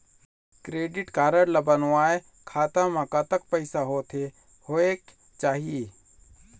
Credit card ला बनवाए खाता मा कतक पैसा होथे होएक चाही?